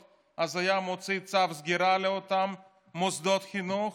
הוא היה מוציא צו סגירה לאותם מוסדות חינוך